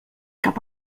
cap